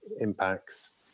impacts